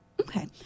okay